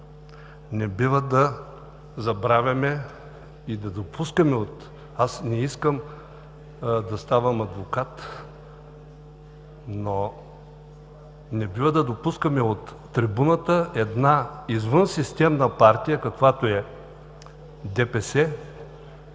не бива да забравяме и да допускаме от трибуната една извънсистемна партия, каквато е ДПС,